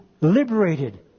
liberated